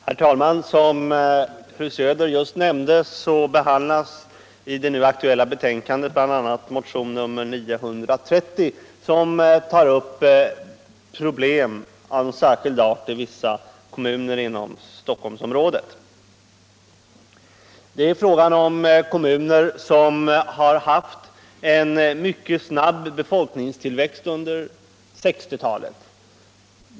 Herr talman! Som fru Söder just nämnde behandlas i det nu aktuella betänkandet bl.a. motionen 930 som tar upp problem av särskild art i vissa kommuner inom Stockholmsområdet. Det är fråga om kommuner som har haft en mycket snabb befolkningstillväxt under 1960-talet.